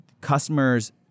customers